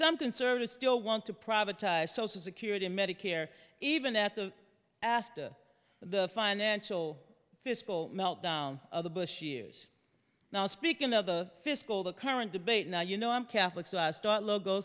some conservatives still want to privatized social security medicare even at the after the financial fiscal meltdown of the bush years now speaking of the fiscal the current debate now you know i'm catholic so i start lo